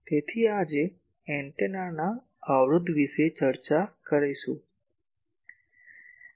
તેથી આજે એન્ટેનાના અવરોધ વિશે ચર્ચા કરશે